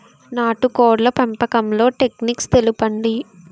నాటుకోడ్ల పెంపకంలో టెక్నిక్స్ తెలుపండి?